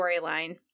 storyline